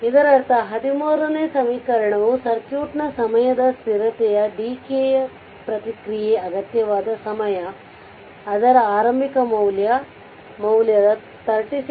ಆದ್ದರಿಂದ ಇದರರ್ಥ 13ನೇ ಸಮೀಕರಣವು ಸರ್ಕ್ಯೂಟ್ನ ಸಮಯದ ಸ್ಥಿರತೆಯು ಡಿಕೇ ಪ್ರತಿಕ್ರಿಯೆಗೆ ಅಗತ್ಯವಾದ ಸಮಯ ಅದರ ಆರಂಭಿಕ ಮೌಲ್ಯದ 36